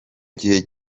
gihe